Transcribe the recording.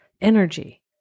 energy